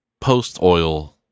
post-oil